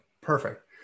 Perfect